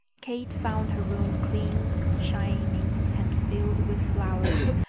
kate found her room cleaned, shining, and filled with flowers.